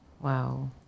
Wow